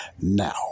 Now